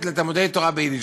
לתלמודי-תורה ביידיש,